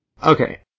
Okay